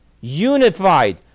unified